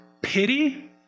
pity